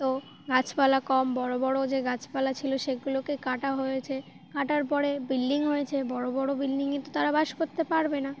তো গাছপালা কম বড়ো বড়ো যে গাছপালা ছিলো সেগুলোকে কাটা হয়েছে কাটার পরে বিল্ডিং হয়েছে বড়ো বড়ো বিল্ডিংয়ে তো তারা বাস করতে পারবে না